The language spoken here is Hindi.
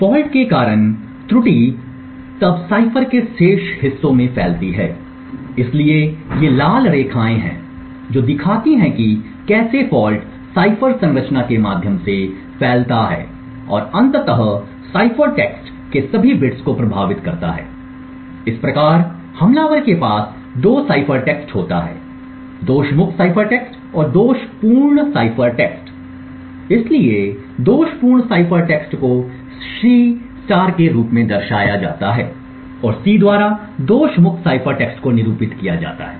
फॉल्ट के कारण त्रुटि तब साइफर के शेष हिस्सों में फैलती है इसलिए ये लाल रेखाएं हैं जो दिखाती हैं कि कैसे फॉल्ट साइफर संरचना के माध्यम से फैलता है और अंततः साइफर टेक्स्ट के सभी बिट्स को प्रभावित करता है इस प्रकार हमलावर के पास 2 साइफर टेक्स्ट होता है दोष मुक्त साइफर टेक्स्ट और दोषपूर्ण साइफर टेक्स्ट इसलिए दोषपूर्ण साइफर टेक्स्ट को C के रूप में दर्शाया जाता है और C द्वारा दोष मुक्त साइफर टेक्स्ट को निरूपित किया जाता है